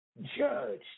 Judge